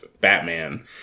Batman